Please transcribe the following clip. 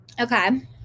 Okay